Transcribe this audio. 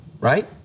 right